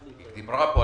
היא דיברה על